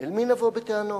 אל מי נבוא בטענות?